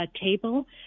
table